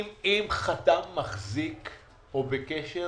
אם חתם מחזיק או נמצא בקשר